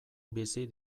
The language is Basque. bizi